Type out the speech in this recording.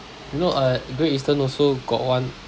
you know uh great eastern also got one